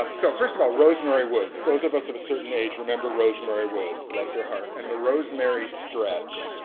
ah so first of all rosemary woods, those of us of a certain age remember rosemary woods. bless her heart and the rosemary stretch,